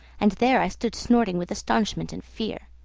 and there i stood snorting with astonishment and fear.